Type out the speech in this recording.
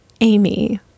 Amy